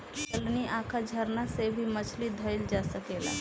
चलनी, आँखा, झरना से भी मछली धइल जा सकेला